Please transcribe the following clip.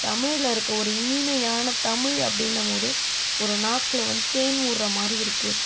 தமிழில் இருக்க ஒரு இனிமையான தமிழ் அப்டின்னும் போதே ஒரு நாக்கில் வந்து தேன் ஊறுற மாதிரி இருக்கு